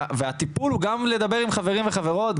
והטיפול הוא גם לטפל עם חברים וחברות,